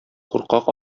куркак